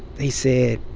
they said,